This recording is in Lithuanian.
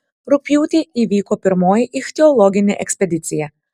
rugpjūtį įvyko pirmoji ichtiologinė ekspedicija